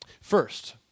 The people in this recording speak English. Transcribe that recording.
First